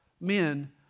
Men